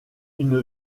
une